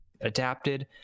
Adapted